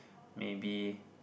maybe